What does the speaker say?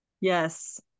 yes